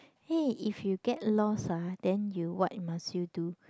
hey if you get lost ah then you what must you do